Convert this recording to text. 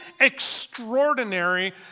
extraordinary